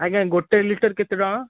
ଆଜ୍ଞା ଗୋଟେ ଲିଟର କେତେ ଟଙ୍କା